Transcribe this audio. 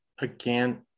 again